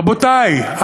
רבותי,